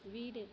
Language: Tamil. வீடு